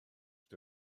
ydw